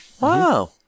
Wow